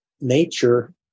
nature